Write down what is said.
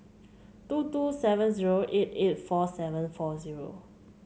two two seven zero eight eight four seven four zero